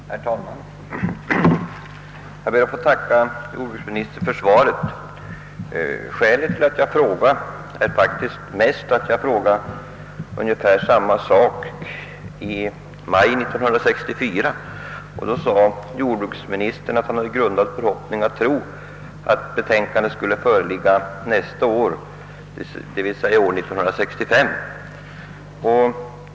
Herr talman! Jag ber att få tacka jordbruksministern för svaret. Skälet till att jag frågade är faktiskt mest att jag ställde ungefär samma fråga i maj 1964, varvid jordbruksministern sade att han hade grundad förhoppning att tro att betänkandet skulle föreligga nästkommande år, d. v. s. 1965.